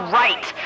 right